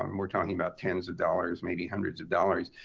um we're talking about tens of dollars, maybe hundreds of dollars.